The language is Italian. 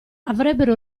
avrebbero